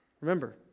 Remember